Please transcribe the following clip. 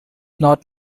not